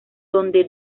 donde